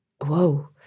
whoa